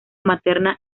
materna